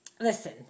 listen